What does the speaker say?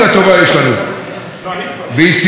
יש לנו גם אופוזיציה טובה,